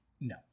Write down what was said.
No